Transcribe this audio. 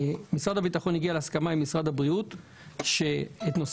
משרד הביטחון הגיע להסכמה עם משרד הבריאות שנושא